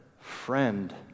friend